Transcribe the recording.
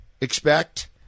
expect